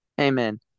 Amen